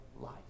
life